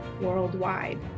worldwide